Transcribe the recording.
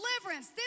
deliverance